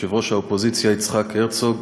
יושב-ראש האופוזיציה יצחק הרצוג,